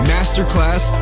Masterclass